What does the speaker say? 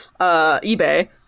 eBay